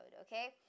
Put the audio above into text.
okay